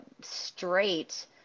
straight